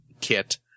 kit